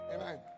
Amen